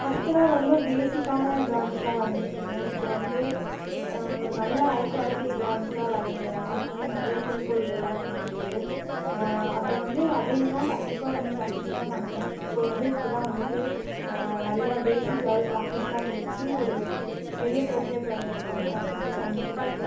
ஃபஸ்ட்டலா ரொம்ப பேசிக்கான ட்ராயிங்ஸ்லா வரைஞ்சிட்ருந்தேன் இப்போ வந்து ஒரு நல்ல ஐ குவாலிட்டி ட்ராயிங்ஸ்லா வரையணும் அந்தமாதிரி நிறையா குறிக்கோள்கள்லா வந்து எனக்கு இருக்குது அதை வந்து அடையனுனா கண்டிப்பாக வந்து ப்ராக்ட்டிஸ் தான் பண்ணனும் இப்போ வந்து இப்போ தான் வந்துட்டு நிறையா பேஸிக் லெவல் ப்ராக்ட்டிஸ்லா முடித்து ஒரு பெரிய போட்ரியாட் வரையரத்துக்கான ப்ராக்ட்டிஸ்லாக பண்ணிகிட்ருக்கேன்